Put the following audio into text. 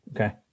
Okay